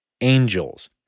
angels